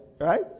Right